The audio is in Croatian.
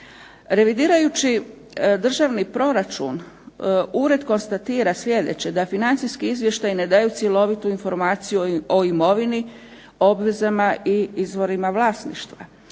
Revidirajući državni proračun ured konstatira sljedeće, da financijski izvještaji ne daju cjelovitu informaciju o imovini, obvezama i izvorima vlasništva,